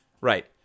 Right